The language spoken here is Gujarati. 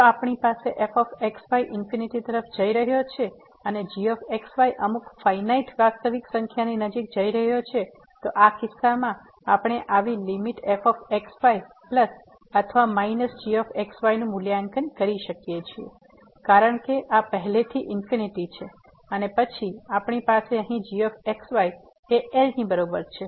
જો આપણી પાસે fx y ઇન્ફીનીટી તરફ જઇ રહ્યો છે અને gx y અમુક ફાઈનાઈટ વાસ્તવિક સંખ્યાની નજીક જઈ રહ્યો છે તો આ કિસ્સામાં આપણે આવી લીમીટ fx y પ્લસ અથવા માઈનસ gx y નું મૂલ્યાંકન કરી શકીએ છીએ કારણકે આ પહેલેથી ઇન્ફીનીટી છે અને પછી આપણી પાસે અહીં gx y એ L ની બરાબર છે